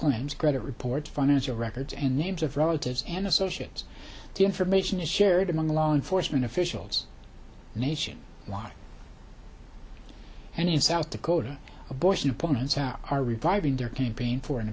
claims credit reports financial records and names of relatives and associates the information is shared among law enforcement officials nation wide and in south dakota abortion opponents are are reviving their campaign for an